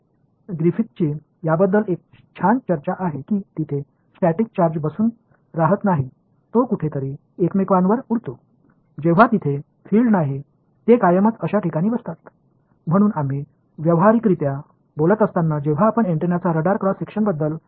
உண்மையில் கிரிஃபித்ஸைப் நிலையான சார்ஜ் பற்றி ஒரு நல்ல கலந்துரையாடல் வைத்துள்ளார் ஒரு நிலையான சார்ஜ் அங்கே உட்காரப் போவதில்லை அது மற்றொன்றுக்கு மேலே எங்காவது பறந்து விடும் எந்த புலகம்ளும் இல்லாத இடத்தில் அது நிரந்தரமாக உட்கார்ந்திருக்கும்